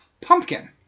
Pumpkin